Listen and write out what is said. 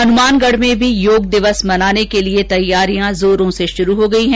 हनुमानगढ में भी योग दिवस मनाने के लिए तैयारियां जोरो से शुरू हो गई हैं